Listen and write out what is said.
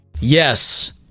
yes